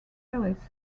ellis